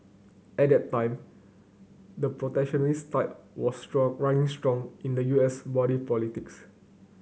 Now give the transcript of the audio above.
at that time the protectionist tide was strong running strong in the U S body politics